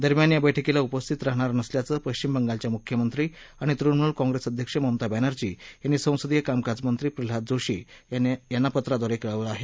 दरम्यान या बैठकीला उपस्थित राहणार नसल्याचं पश्चिम बंगालच्या मुख्यमंत्री आणि तृणमुल कॉंप्रेस अध्यक्ष ममता बॅनर्जी यांनी संसदीय कामकाज मंत्री प्रल्हाद जोशी यांना पत्राद्वारे कळवलं आहे